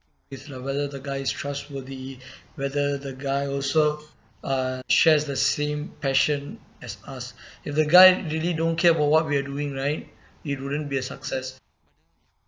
if the fella whether the guy's trustworthy whether the guy also uh shares the same passion as us if the guy really don't care about what we are doing right it wouldn't be a success